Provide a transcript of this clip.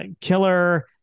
killer